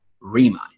Remind